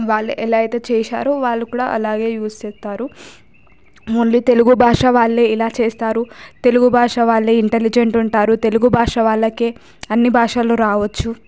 వాళ్ళు ఎలా అయితే చేశారో వాళ్ళు కూడా అలాగే యూస్ చేస్తారు ఓన్లీ తెలుగు భాష వాళ్ళే ఇలా చేస్తారు తెలుగు భాష వాళ్ళే ఇంటలిజెంట్ ఉంటారు తెలుగు భాష వాళ్ళకే అన్ని భాషలు రావచ్చు